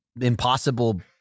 impossible